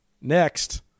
Next